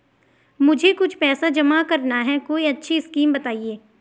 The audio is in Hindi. मुझे कुछ पैसा जमा करना है कोई अच्छी स्कीम बताइये?